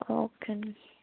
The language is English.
okay